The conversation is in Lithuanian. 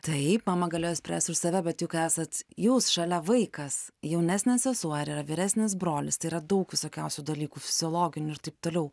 taip mama galėjo spręst už save bet juk esat jūs šalia vaikas jaunesnė sesuo ar yra vyresnis brolis tai yra daug visokiausių dalykų fiziologinių ir taip toliau